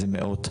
זה מאות,